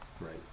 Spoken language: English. Right